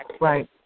right